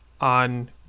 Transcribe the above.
on